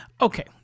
okay